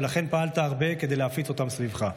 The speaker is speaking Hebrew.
ולכן פעלת הרבה כדי להפיץ אותם סביבך.